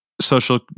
social